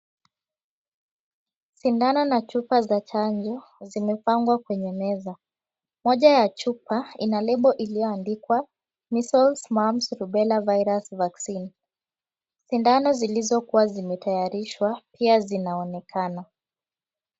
Sindano na chupa za chanjo zimewekwa kwenye meza. Moja ya chupa ina nembo iliyoandikwa Measles, Mumps, Rubella Virus Vaccine. Sindano ambazo zilikua zimetayarishwa pia zinaonekana.